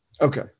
Okay